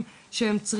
אז זה מאוד